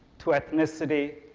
to ethnicity,